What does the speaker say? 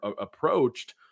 approached